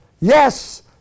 Yes